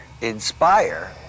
Inspire